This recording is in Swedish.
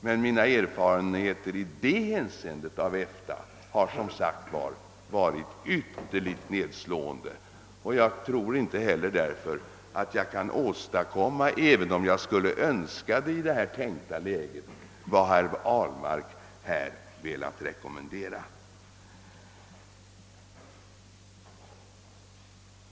Men mina erfarenheter i det hänseendet av EFTA har som nämnt varit ytterligt nedslående. Jag tror därför inte heller att jag — även om jag skulle önska det i det här tänkta läget — kan åstadkomma vad herr Ahlmark har velat rekommendera.